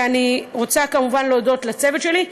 ואני רוצה כמובן להודות לצוות שלי,